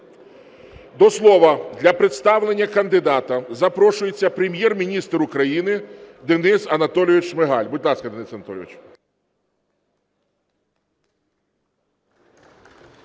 До слова, для представлення кандидата, запрошується Прем'єр-міністр України Денис Анатолійович Шмигаль. Будь ласка, Денис Анатолійович.